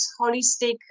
holistic